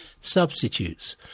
Substitutes